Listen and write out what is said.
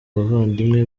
bavandimwe